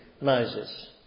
Moses